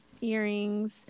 earrings